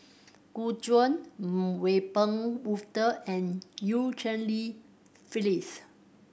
Gu Juan Wiebe Wolter and Eu Cheng Li Phyllis